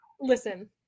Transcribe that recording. Listen